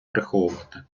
приховувати